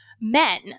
men